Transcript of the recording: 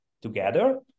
together